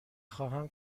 خواهم